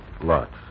Lots